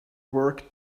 work